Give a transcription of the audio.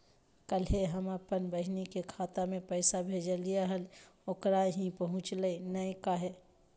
कल्हे हम अपन बहिन के खाता में पैसा भेजलिए हल, ओकरा ही पहुँचलई नई काहे?